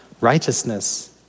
Righteousness